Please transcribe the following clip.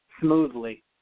smoothly